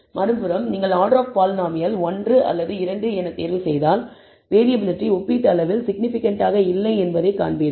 மறுபுறம் நீங்கள் order of polynomial 1 அல்லது 2 என தேர்வுசெய்தால் வேறியபிலிட்டி ஒப்பீட்டளவில் சிக்னிபிகன்ட்டாக இல்லை என்பதைக் காண்பீர்கள்